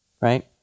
Right